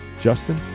Justin